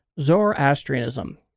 Zoroastrianism